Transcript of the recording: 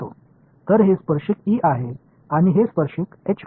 எனவே இது tangential E மற்றும் இது டான்ஜென்ஷியல் H புலங்கள்